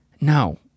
no